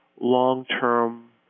long-term